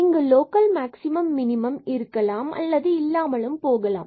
இங்கு local maximum minimum இருக்கலாம் அல்லது இல்லாமலும் போகலாம்